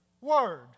word